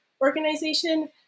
organization